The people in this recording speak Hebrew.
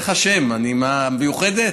מה השם, מיוחדת?